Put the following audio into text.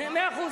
מאה אחוז,